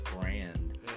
brand